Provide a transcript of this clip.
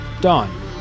dawn